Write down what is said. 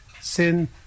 sin